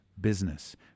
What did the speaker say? business